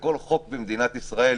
וכל חוק במדינת ישראל,